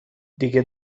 دیگه